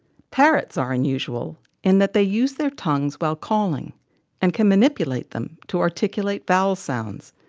parrots are unusual in that they use their tongues while calling and can manipulate them to articulate vowel sounds,